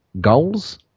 goals